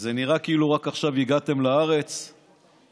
זה נראה כאילו רק עכשיו הגעתם לארץ מהחלל,